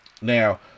Now